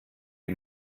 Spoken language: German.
die